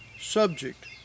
subject